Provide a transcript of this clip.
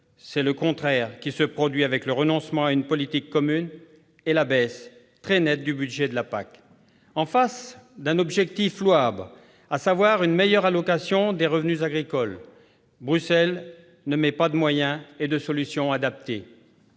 c'est le contraire qui se produit à travers le renoncement à une politique commune et la baisse très nette du budget de la PAC. En face d'un objectif louable, à savoir une meilleure allocation des revenus agricoles, Bruxelles ne met aucun moyen ni solution adaptés.